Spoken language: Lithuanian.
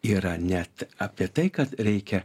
yra net apie tai kad reikia